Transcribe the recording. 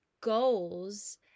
goals